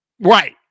Right